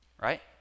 Right